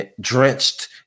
drenched